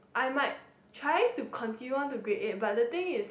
I might try to continue on to grade eight but the thing is